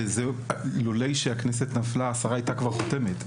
וזה לולא שהכנסת נפלה השרה הייתה כבר חותמת,